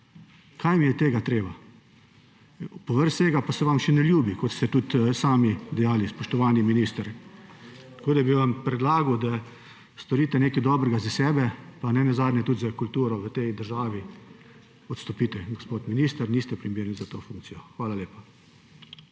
kaj mi je tega treba. Povrhu vsega se vam pa še ne ljubi, kot ste tudi sami dejali, spoštovani minister. Tako da bi vam predlagal, da storite nekaj dobrega za sebe pa ne nazadnje tudi za kulturo v tej državi – odstopite, gospod minister, niste primerni za to funkcijo. Hvala lepa.